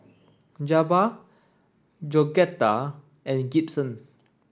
Jabbar Georgetta and Gibson